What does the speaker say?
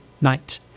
night